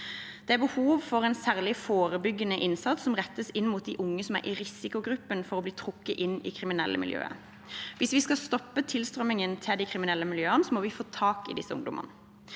Det er behov for en særlig forebyggende innsats som rettes inn mot de unge som er i risikogruppen for å bli trukket inn i kriminelle miljøer. Hvis vi skal stoppe tilstrømmingen til de kriminelle miljøene, må vi få tak i disse ungdommene.